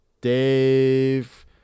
dave